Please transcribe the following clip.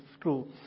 true